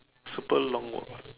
super long walk